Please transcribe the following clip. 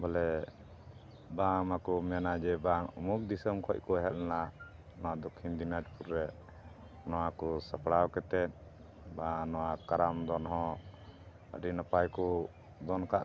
ᱵᱚᱞᱮ ᱵᱟᱝᱢᱟ ᱠᱚ ᱢᱮᱱᱟ ᱡᱮ ᱵᱟᱝ ᱩᱢᱩᱠ ᱫᱤᱥᱚᱢ ᱠᱷᱚᱡ ᱠᱚ ᱦᱮᱡ ᱞᱮᱱᱟ ᱱᱚᱣᱟ ᱫᱚᱠᱠᱷᱤᱱ ᱫᱤᱱᱟᱡᱽᱯᱩᱨ ᱨᱮ ᱱᱚᱣᱟ ᱠᱚ ᱥᱟᱯᱲᱟᱣ ᱠᱟᱛᱮᱫ ᱵᱟᱝ ᱱᱚᱣᱟ ᱠᱟᱨᱟᱢ ᱫᱚᱱ ᱦᱚᱸ ᱟᱹᱰᱤ ᱱᱟᱯᱟᱭ ᱠᱚ ᱫᱚᱱ ᱠᱟᱜ